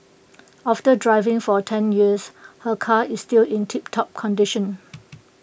after driving for ten years her car is still in tiptop condition